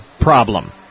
problem